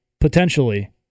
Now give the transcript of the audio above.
potentially